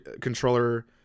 controller